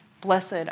Blessed